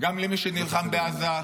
גם למי שנלחם בעזה,